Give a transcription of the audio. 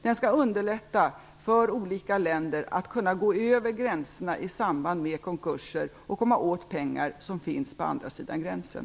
Den skall underlätta för olika länder att gå över gränserna i samband med konkurser för att komma åt pengar som finns på andra sidan gränsen.